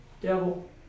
Devil